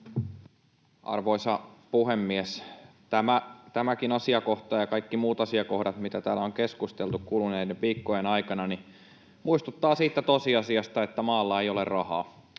Arvoisa puhemies! Tämäkin asiakohta ja kaikki muut asiakohdat, mistä täällä on keskusteltu kuluneiden viikkojen aikana, muistuttavat siitä tosiasiasta, että maalla ei ole rahaa.